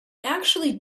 actually